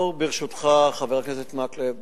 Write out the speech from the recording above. חבר הכנסת מקלב,